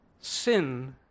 sin